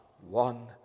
one